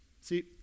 See